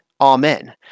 Amen